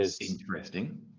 Interesting